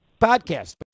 podcast